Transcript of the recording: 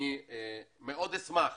אני מאוד אשמח